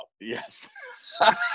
Yes